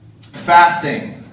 fasting